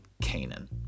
Canaan